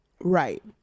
Right